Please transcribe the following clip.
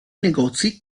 negozi